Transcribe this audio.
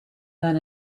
than